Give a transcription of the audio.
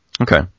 Okay